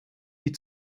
die